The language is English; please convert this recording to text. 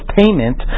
payment